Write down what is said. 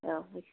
औ